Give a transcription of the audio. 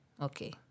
okay